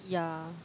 ya